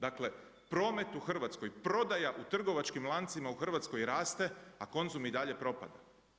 Dakle promet u Hrvatskoj, prodaja u trgovačkim lancima u Hrvatskoj raste, a Konzum i dalje propada.